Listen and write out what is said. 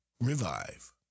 revive